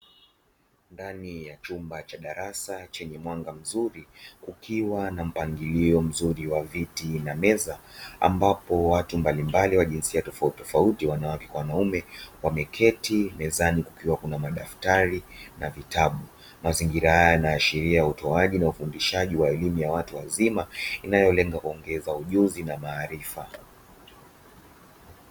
Ndani ya chumba cha darasa chenye mwanga mzuri kukiwa na mpangilio mzuri wa viti na meza ambapo watu mbalimbali wa jinsia tofautitofauti wanawake kwa wanaume wameketi, mezani kukiwa kuna madaftari na vitabu. Mazingira haya yanaashiria utoaji na ufundishaji wa elimu ya watu wazima inayolenga kuongeza ujuzi na maarifa.